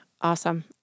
Awesome